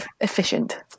efficient